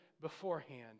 beforehand